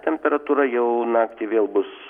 temperatūra jau naktį vėl bus